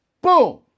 Boom